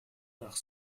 nach